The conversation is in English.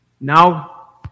now